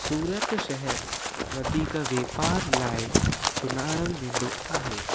सूरत शहरु वधीक वापार लाइ सुञाणलु वेंदो आहे